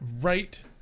Right